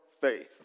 faith